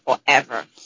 forever